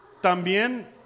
también